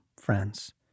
friends